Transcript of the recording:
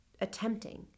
attempting